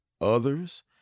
others